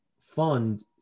fund